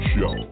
Show